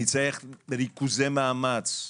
נצטרך ריכוזי מאמצים